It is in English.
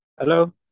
Hello